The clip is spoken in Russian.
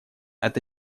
это